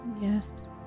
Yes